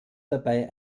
dabei